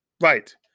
Right